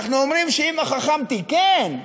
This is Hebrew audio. אנחנו אומרים שאם החכם תיקן,